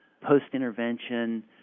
post-intervention